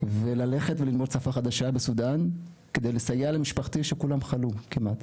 וללכת וללמוד שפה חדשה בסודן כדי לסייע למשפחתי שכולם חלו כמעט.